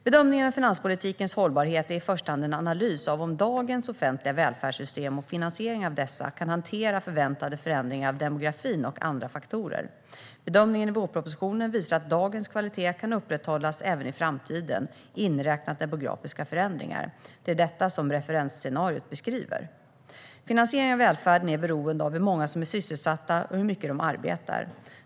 Bedömningen av finanspolitikens hållbarhet är i första hand en analys av om dagens offentliga välfärdssystem och finansieringen av dessa kan hantera förväntade förändringar av demografin och andra faktorer. Bedömningen i vårpropositionen visar att dagens kvalitet kan upprätthållas även i framtiden, inräknat demografiska förändringar. Det är detta referensscenariot beskriver. Finansieringen av välfärden är beroende av hur många som är sysselsatta och hur mycket de arbetar.